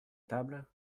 table